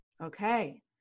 Okay